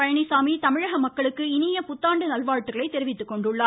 பழனிச்சாமி தமிழக மக்களுக்கு இனிய புத்தாண்டு நல்வாழ்த்துக்களை தெரிவித்துக்கொண்டுள்ளார்